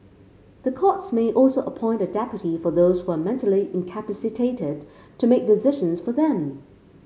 the courts may also appoint a deputy for those who are mentally incapacitated to make decisions for them